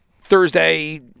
Thursday